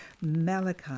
Malachi